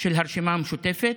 של הרשימה המשותפת,